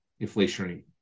inflationary